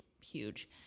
huge